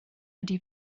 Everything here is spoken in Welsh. ydy